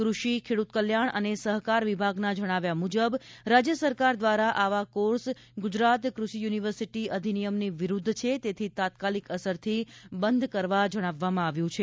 ક્રષિ ખેડૂત કલ્યાણ અને સહકાર વિભાગના જણાવ્યા મૃજબ રાજ્ય સરકાર દ્વારા આવા કોર્ષ ગુજરાત ક્રષિ યુનિવર્સિટી અધિનિયમની વિરૂદ્વ છે તેથી તાત્કાલિક અસરથી બંધ કરવા જણાવવામાં આવ્યું છે